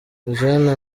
eugene